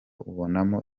ubonamo